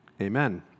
Amen